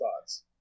thoughts